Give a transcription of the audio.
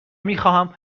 میخواهم